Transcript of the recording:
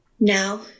Now